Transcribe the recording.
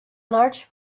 large